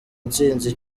ntsinzi